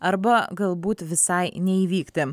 arba galbūt visai neįvykti